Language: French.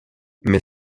mais